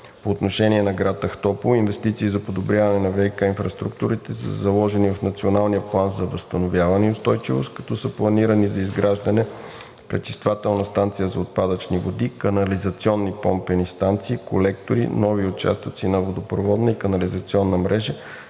По отношение на град Ахтопол инвестиции за подобряване на ВиК инфраструктурите са заложени в Националния план за възстановяване и устойчивост, като са планирани за изграждане пречиствателна станция за отпадъчни води, канализационни помпени станции, колектори, нови участъци на водопроводната и канализационната мрежа,